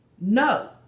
no